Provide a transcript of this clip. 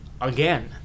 again